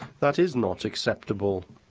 that is not acceptable.